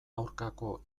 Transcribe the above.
aurkako